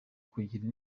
kugira